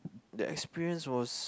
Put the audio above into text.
the experience was